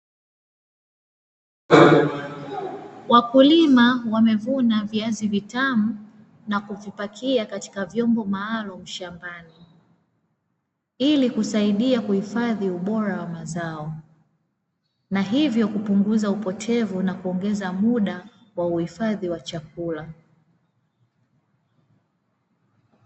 Wakulima wamevuna viazi vitamu na kuvipakia katika vyombo maalumu shambani, ili kusaidia kuhifadhi ubora wa mazao, na hivyo kupunguza upotevu na kuongeza muda wa uhifadhi wa chakula.